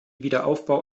wiederaufbau